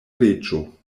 reĝo